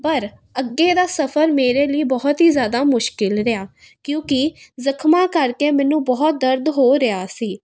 ਪਰ ਅੱਗੇ ਦਾ ਸਫ਼ਰ ਮੇਰੇ ਲਈ ਬਹੁਤ ਹੀ ਜ਼ਿਆਦਾ ਮੁਸ਼ਕਿਲ ਰਿਹਾ ਕਿਉਂਕਿ ਜ਼ਖਮਾ ਕਰਕੇ ਮੈਨੂੰ ਬਹੁਤ ਦਰਦ ਹੋ ਰਿਹਾ ਸੀ